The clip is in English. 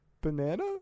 Banana